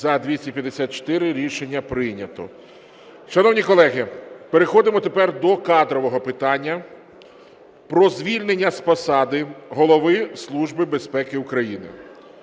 За-254 Рішення прийнято. Шановні колеги, переходимо тепер до кадрового питання про звільнення з посади Голови Служби безпеки України.